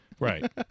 Right